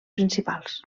principals